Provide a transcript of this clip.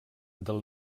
del